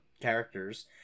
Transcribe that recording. characters